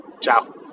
Ciao